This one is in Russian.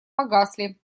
погасли